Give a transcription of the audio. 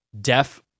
deaf